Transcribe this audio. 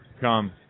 come